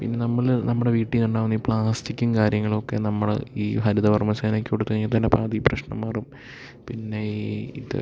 പിന്നെ നമ്മൾ നമ്മുടെ വീട്ടിൽ നുന്ന് ഉണ്ടാവുന്ന ഈ പ്ലാസ്റ്റിക്കും കാര്യങ്ങളൊക്കെ നമ്മൾ ഈ ഹരിത കർമ്മസേനക്ക് കൊടുത്തു കഴിഞ്ഞാൽ തന്നെ പാതി പ്രശ്നം മാറും പിന്നെ ഈ ഇത്